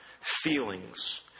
feelings